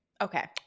Okay